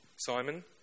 Simon